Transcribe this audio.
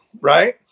Right